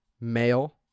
male